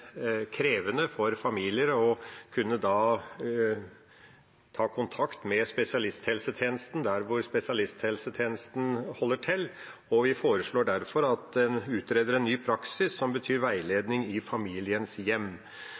krevende for familier å kunne ta kontakt med spesialisthelsetjenesten der spesialisthelsetjenesten holder til. Vi foreslår derfor at en utreder en ny praksis, som betyr veiledning i familienes hjem.